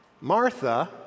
Martha